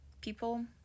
people